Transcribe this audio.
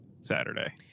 Saturday